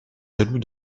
jaloux